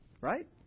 right